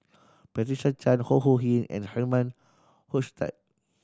Patricia Chan Ho Ho Ying and Herman Hochstadt